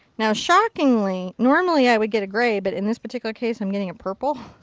now shockingly normally i would get a gray but in this particular case i'm getting a purple.